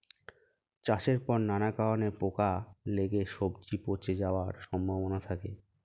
চাষের পর নানা কারণে পোকা লেগে সবজি পচে যাওয়ার সম্ভাবনা থাকে